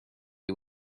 you